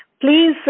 Please